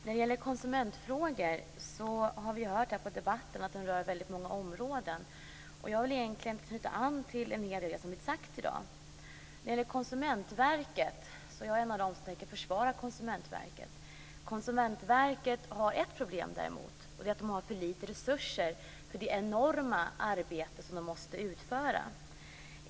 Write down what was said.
Fru talman! Vi har i debatten hört att konsumentfrågor rör väldigt många områden. Jag vill knyta an till en hel del av det som har sagts i dag. Jag är en av dem som försvarar Konsumentverket. Konsumentverket har ett problem, och det är att man har för små resurser för det enorma arbete som man måste utföra.